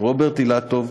רוברט אילטוב,